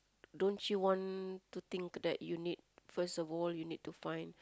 don't you want to think that you need first of all you need to find